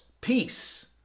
Peace